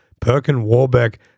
Perkin-Warbeck